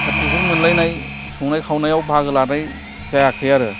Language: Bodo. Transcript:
सार्टिफिकेट मोलायनाय संनाय खावनायाव बाहागो लानाय जायाखै आरो